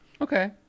Okay